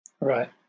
Right